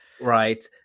right